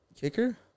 kicker